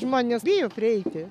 žmonės bijo prieiti